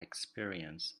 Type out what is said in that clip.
experience